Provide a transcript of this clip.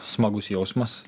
smagus jausmas